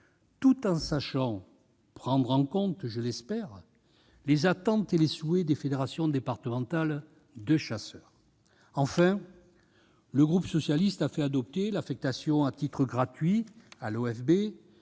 tout en sachant prendre en compte, je l'espère, les attentes et les souhaits des fédérations départementales des chasseurs. Enfin, le groupe socialiste a fait adopter l'affectation à titre gratuit à l'OFB